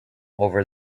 over